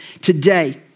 today